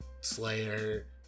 Slayer